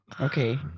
Okay